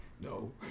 No